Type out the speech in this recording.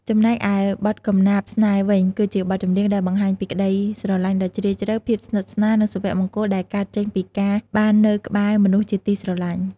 ចំណែកឯបទ កំណាព្យស្នេហ៍ វិញ គឺជាបទចម្រៀងដែលបង្ហាញពីក្តីស្រឡាញ់ដ៏ជ្រាលជ្រៅ ភាពស្និទ្ធស្នាល និងសុភមង្គលដែលកើតចេញពីការបាននៅក្បែរមនុស្សជាទីស្រឡាញ់។